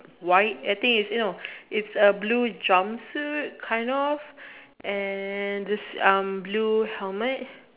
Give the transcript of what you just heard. why I think is you know it's a blue jumpsuit kind of and this um blue helmet